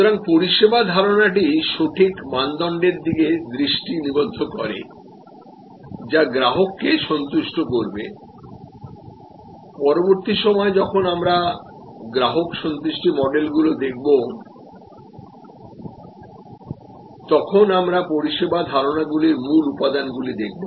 সুতরাং পরিষেবা ধারণাটি সঠিক মানদণ্ডের দিকে দৃষ্টি নিবদ্ধ করে যা গ্রাহককে সন্তুষ্ট করবে পরবর্তী সময়ে যখন আমরা গ্রাহক সন্তুষ্টি মডেলগুলি দেখব তখন আমরা পরিষেবা ধারণাগুলির মূল উপাদানগুলি দেখব